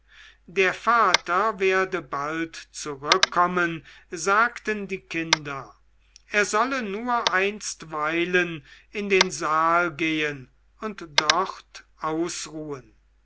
der vater werde bald zurückkommen sagten die kinder er solle nur einstweilen in den saal gehen und dort ausruhen